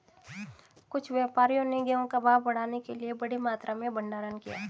कुछ व्यापारियों ने गेहूं का भाव बढ़ाने के लिए बड़ी मात्रा में भंडारण किया